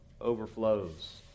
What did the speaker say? overflows